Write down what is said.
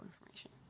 information